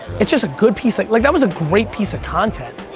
it's just a good piece. like like that was a great piece of content.